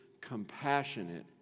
compassionate